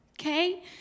okay